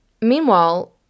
Meanwhile